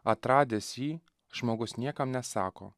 atradęs jį žmogus niekam nesako